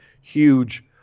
huge